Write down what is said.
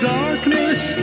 darkness